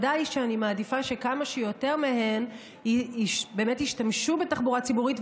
וודאי שאני מעדיפה שכמה שיותר מהם באמת ישתמשו בתחבורה הציבורית,